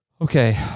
Okay